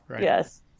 Yes